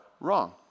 wrong